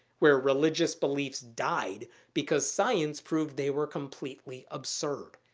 where religious beliefs died because science proved they were completely absurd.